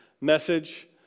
message